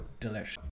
Delish